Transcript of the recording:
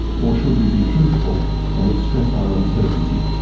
or should we be truthful and express our uncertainty?